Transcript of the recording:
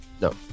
No